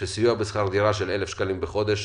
שהסיוע בשכר דירה של 1,000 שקלים בחודש